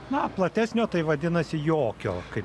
na platesnio tai vadinasi jokio kaip